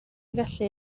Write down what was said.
felly